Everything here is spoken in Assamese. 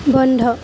বন্ধ